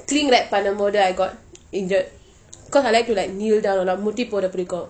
cling wrap பன்னும் போது:pannum pothu I got injured cause I like to like kneel down நான் முட்டி போட பிடிக்கும்:naan mutti poda pidikum